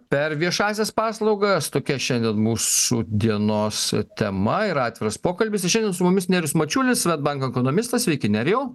per viešąsias paslaugas tokia šiandien mūsų dienos tema ir atviras pokalbis ir šiandien su mumis nerijus mačiulis swedbank ekonomistas sveiki nerijau